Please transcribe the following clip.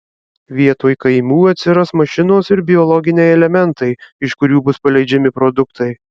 vietoj kaimų atsiras mašinos ir biologiniai elementai iš kurių bus paleidžiami produktai